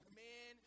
man